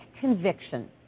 conviction